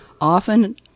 often